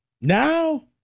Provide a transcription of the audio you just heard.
Now